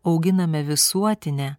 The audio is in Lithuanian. auginame visuotinę